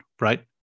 Right